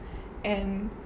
and